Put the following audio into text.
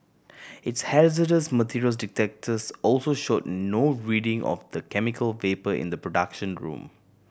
its hazardous materials detectors also showed no reading of the chemical vapour in the production room